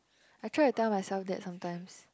I try to tell myself that sometimes